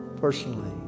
personally